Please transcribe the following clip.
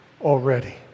already